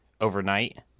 overnight